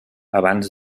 abans